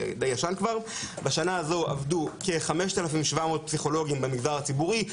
כבר דיי ישן: בשנה הזו עבדו כ-5700 פסיכולוגים במגזר הציבורי,